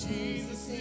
Jesus